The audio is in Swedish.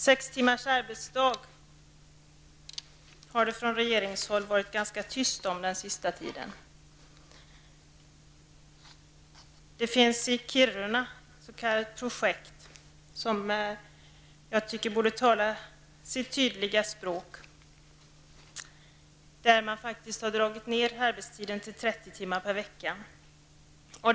Sex timmars arbetsdag har det från regeringens håll varit ganska tyst om den senaste tiden. Det finns i Kiruna ett s.k. projekt som jag tycker talar sitt tydliga språk. Man har dragit ned arbetstiden till 30 timmar per vecka.